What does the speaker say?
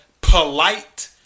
Polite